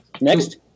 Next